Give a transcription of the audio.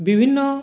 বিভিন্ন